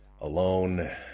alone